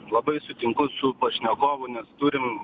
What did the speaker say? labai sutinku su pašnekovu nes turim